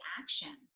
action